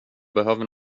behöver